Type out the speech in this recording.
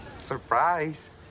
Surprise